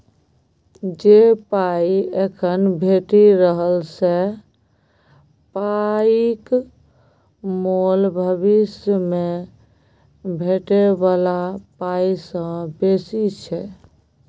जे पाइ एखन भेटि रहल से पाइक मोल भबिस मे भेटै बला पाइ सँ बेसी छै